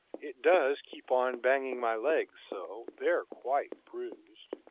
it does keep on banging my legs so. they're quite bruised.